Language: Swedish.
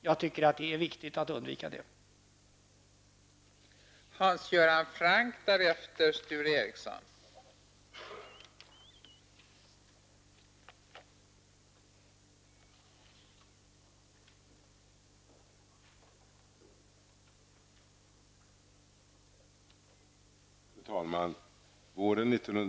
Jag anser att det är viktigt att undvika detta.